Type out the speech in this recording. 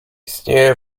istnieję